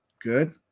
Good